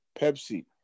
Pepsi